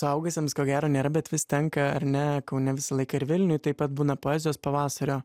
suaugusiams ko gero nėra bet vis tenka ar ne kaune visą laiką ir vilniuj taip pat būna poezijos pavasario